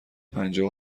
پنجاه